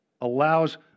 allows